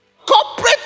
Corporate